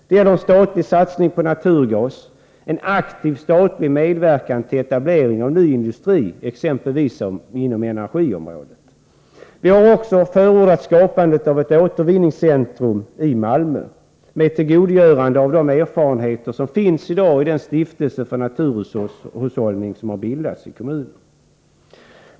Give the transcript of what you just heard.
Det gäller en statlig satsning på naturgas, en aktiv statlig medverkan till etablering av ny industri, exempelvis inom energiområdet. Vi har också förordat skapandet av ett återvinningscentrum i Malmö med tillgodogörande av de erfarenheter som finns inom den stiftelse för naturresurshushållning som har bildats i kommunen.